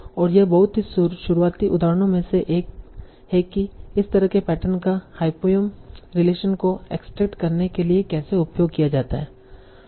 और यह बहुत ही शुरुआती उदाहरणों में से एक है कि इस तरह के पैटर्न का हायपोंयम रिलेशन को एक्सट्रेक्ट करने के लिए कैसे उपयोग किया जाता है